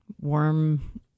warm